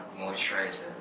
moisturizer